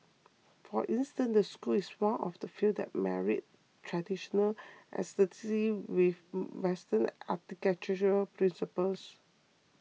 for instance the school is one of the few that married traditional aesthetics with Western architectural principles